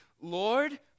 Lord